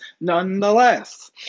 nonetheless